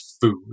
food